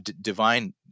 divine